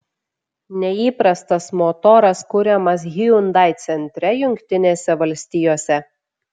neįprastas motoras kuriamas hyundai centre jungtinėse valstijose